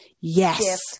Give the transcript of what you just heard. yes